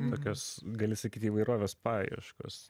tokios gali sakyt įvairovės paieškos